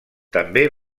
també